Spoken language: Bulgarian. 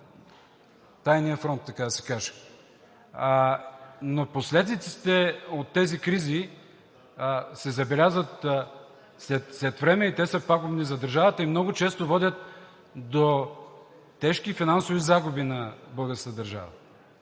тайния фронт, така да се каже. Но последиците от тези кризи се забелязват след време. Те са пагубни за държавата и много често водят до тежки финансови загуби на българската държава.